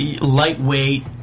lightweight